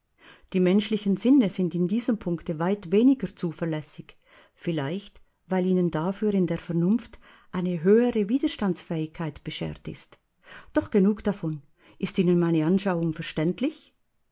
die menschlichen sinne sind in diesem punkte weit weniger zuverlässig vielleicht weil ihnen dafür in der vernunft eine höhere widerstandsfähigkeit beschert ist doch genug davon ist ihnen meine anschauung verständlich